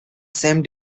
same